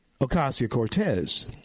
Ocasio-Cortez